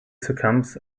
succumbs